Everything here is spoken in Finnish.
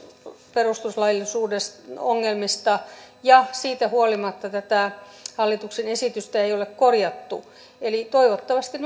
perustuslaillisuuden ongelmista ja siitä huolimatta tätä hallituksen esitystä ei ole korjattu eli toivottavasti